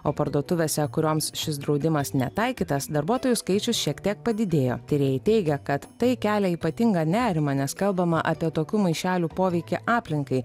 o parduotuvėse kurioms šis draudimas netaikytas darbuotojų skaičius šiek tiek padidėjo tyrėjai teigia kad tai kelia ypatingą nerimą nes kalbama apie tokių maišelių poveikį aplinkai